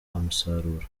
umusaruro